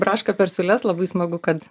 braška per siūles labai smagu kad